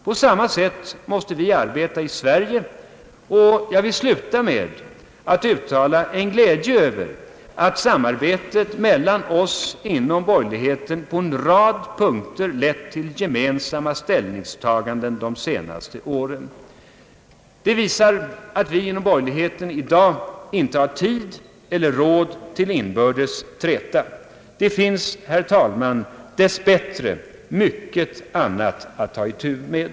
På samma sätt måste vi arbeta i Sverige, och jag vill sluta med att uttala min glädje över att samarbetet mellan oss inom borgerligheten på en rad punkter lett till gemensamma ställningstaganden under de senaste åren. Det visar dessutom att vi inom borgerligheten i dag inte har tid eller råd till någon inbördes träta. Det finns, herr talman, dess bättre mycket annat att ta itu med.